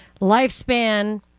Lifespan